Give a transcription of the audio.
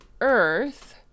earth